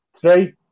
Three